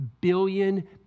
billion